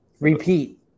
repeat